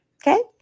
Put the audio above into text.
Okay